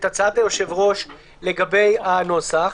את הצעת היושב-ראש לגבי הנוסח,